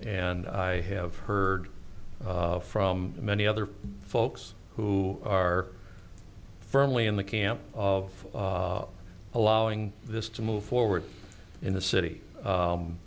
and i have heard from many other folks who are firmly in the camp of allowing this to move forward in the city